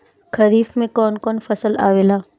खरीफ में कौन कौन फसल आवेला?